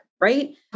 right